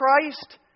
Christ